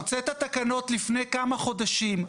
אתה הוצאת תקנות לפני כמה חודשים,